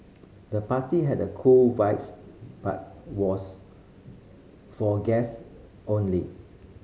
the party had a cool vibes but was for guest only